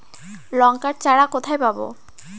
লঙ্কার চারা কোথায় পাবো?